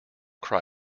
call